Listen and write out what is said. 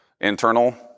Internal